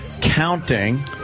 counting